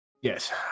Yes